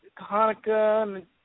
Hanukkah